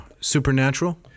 Supernatural